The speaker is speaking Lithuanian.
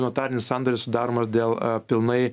notarinis sandoris sudaromas dėl pilnai